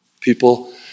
people